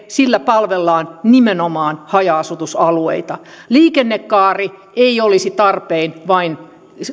sillä palvellaan nimenomaan haja asutusalueita liikennekaari ei olisi tarpeen vain